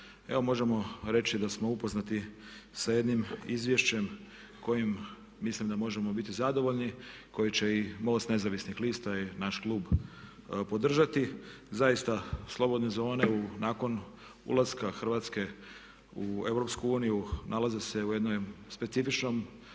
Evo možemo reći da smo upoznati sa jednim izvješćem kojim mislim da možemo biti zadovoljni koji će i MOST Nezavisnih lista, naš klub podržati. Zaista slobodne zone nakon ulaska Hrvatske u EU nalaze se u jednoj specifičnoj